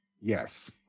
Yes